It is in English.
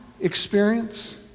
experience